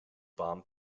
bomb